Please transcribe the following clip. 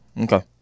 Okay